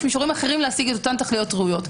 יש מישורים אחרים להשיג אותן תכליות ראויות.